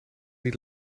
niet